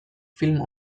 film